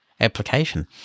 application